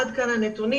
עד כאן הנתונים.